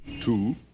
Two